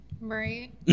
right